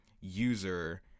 user